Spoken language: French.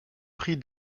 prix